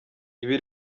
ibi